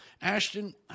Ashton